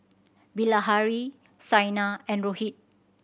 Bilahari Saina and Rohit